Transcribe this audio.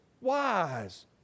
wise